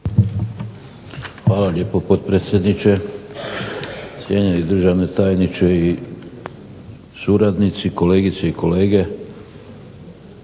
Hvala lijepo potpredsjedniče, cijenjeni državni tajniče i suradnici, kolegice i kolege.